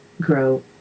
grow